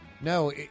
No